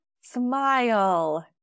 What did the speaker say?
smile